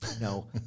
No